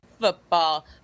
football